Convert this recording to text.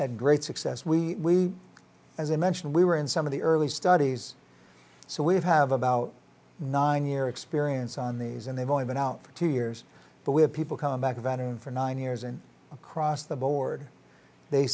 had great success we as i mentioned we were in some of the early studies so we've have about nine year experience on these and they've only been out for two years but we have people come back a veteran for nine years and across the board they